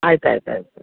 ಆಯ್ತು ಆಯ್ತು ಆಯ್ತು ಆಯ್ತು